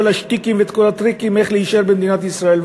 השטיקים ואת כל הטריקים איך להישאר במדינת ישראל.